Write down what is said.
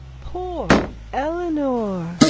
poor eleanor!